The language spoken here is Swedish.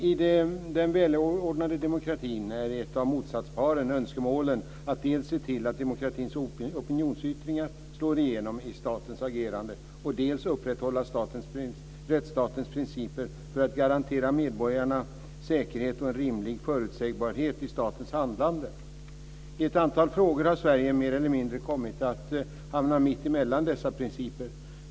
I den välordnade demokratin är ett av motsatsparen önskemålen att dels se till att demokratins opinionsyttringar slår igenom i statens agerande, dels upprätthålla rättsstatens principer för att garantera medborgarna säkerhet och en rimlig förutsägbarhet i statens handlande. I ett antal frågor har Sverige mer eller mindre kommit att hamna mitt emellan dessa principer.